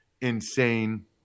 insane